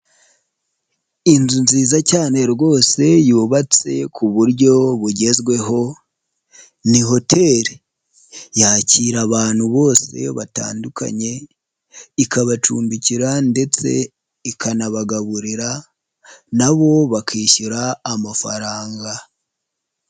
Inzu nziza cyane rwose yubatse ku buryo bugezweho, ni hoteli. Yakira abantu bose batandukanye, ikabacumbikira ndetse ikanabagaburira, nabo bakishyura amafaranga.